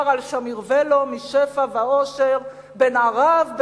על "שם ירווה לו משפע ואושר בן ערב,